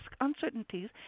uncertainties